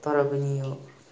तर पनि यो